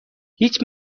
هیچ